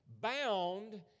bound